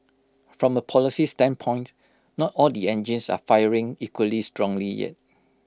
from A policy standpoint not all the engines are firing equally strongly yet